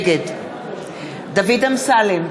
נגד דוד אמסלם,